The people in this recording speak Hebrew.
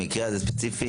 במקרה הזה ספציפית,